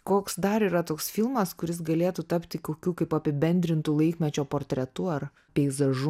koks dar yra toks filmas kuris galėtų tapti kokiu kaip apibendrintu laikmečio portretu ar peizažu